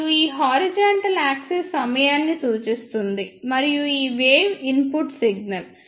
మరియు ఈ horizontal axis సమయాన్ని సూచిస్తుంది మరియు ఈ వేవ్ ఇన్పుట్ సిగ్నల్